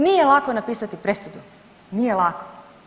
Nije lako napisati presudu, nije lako.